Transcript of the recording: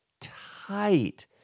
tight